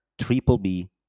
triple-B